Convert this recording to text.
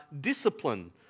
discipline